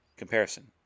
comparison